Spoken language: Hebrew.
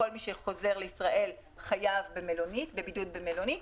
כל מי שחוזר בישראל חייב בבידוד במלונית.